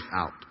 out